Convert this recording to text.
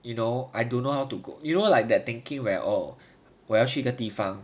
you know I don't know how to go you know like that thinking like 我要去一个地方